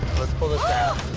let's pull this out.